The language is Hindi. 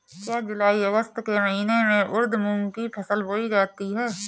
क्या जूलाई अगस्त के महीने में उर्द मूंग की फसल बोई जाती है?